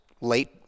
late